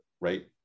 right